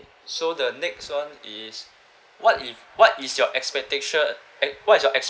so the next one is what if what is your expectation ex~ and what is your ex~